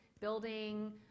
building